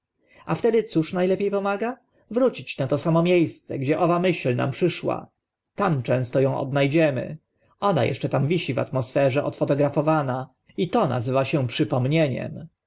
a wtedy cóż na lepie pomaga wrócić na to samo mie sce gdzie owa myśl nam przyszła tam często ą odna dziemy ona eszcze tam wisi w atmosferze odfotografowana i to nazywa się przypomnieniem im